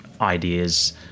ideas